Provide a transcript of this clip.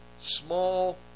small